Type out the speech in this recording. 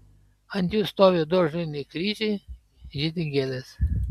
ant jų stovi du ąžuoliniai kryžiai žydi gėlės